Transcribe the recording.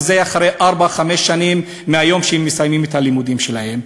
וזה אחרי ארבע-חמש שנים מהיום שהם מסיימים את הלימודים שלהם.